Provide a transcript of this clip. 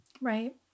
Right